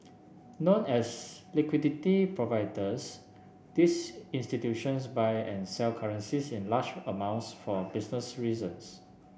known as liquidity providers these institutions buy and sell currencies in large amounts for business reasons